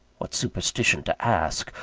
what superstition to ask!